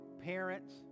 parents